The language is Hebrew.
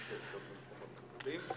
כמו שיש להם במקומות אחרים,